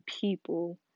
people